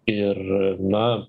ir na